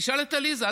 תשאל את עליזה.